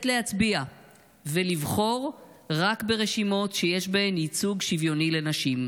להצביע ולבחור רק ברשימות שיש בהן ייצוג שוויוני לנשים.